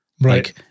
Right